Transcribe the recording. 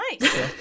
Nice